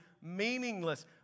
meaningless